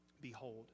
Behold